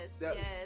Yes